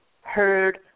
heard